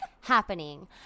happening